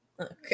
Okay